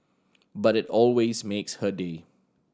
but it always makes her day